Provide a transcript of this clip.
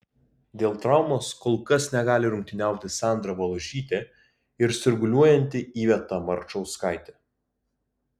dėl traumos kol kas negali rungtyniauti sandra valužytė ir sirguliuojanti iveta marčauskaitė